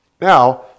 Now